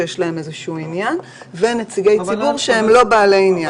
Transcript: שיש להם עניין ונציגי ציבור שהם לא בעלי עניין.